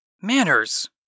Manners